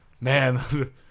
Man